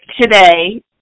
today